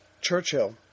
Churchill